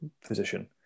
physician